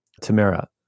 Tamara